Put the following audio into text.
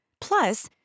Plus